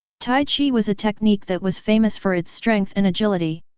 tai chi was a technique that was famous for its strength and agility.